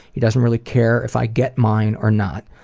he doesn't really care if i get mine or not.